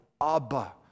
Abba